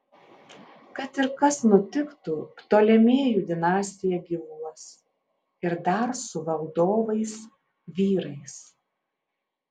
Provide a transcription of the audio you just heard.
kad ir kas nutiktų ptolemėjų dinastija gyvuos ir dar su valdovais vyrais